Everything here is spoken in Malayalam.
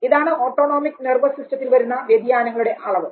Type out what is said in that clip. ഇതാണ് ഓട്ടോണോമിക് നെർവസ് സിസ്റ്റത്തിൽ വരുന്ന വ്യതിയാനങ്ങളുടെ അളവ്